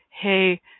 hey